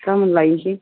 गाबोन लायनोसै